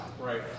Right